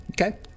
Okay